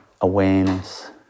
awareness